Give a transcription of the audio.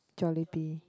Jollibee